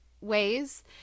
ways